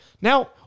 now